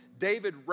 David